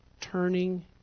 turning